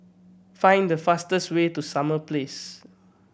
find the fastest way to Summer Place